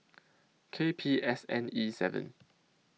K P S N E seven